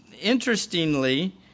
interestingly